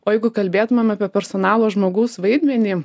o jeigu kalbėtumėm apie personalo žmogaus vaidmenį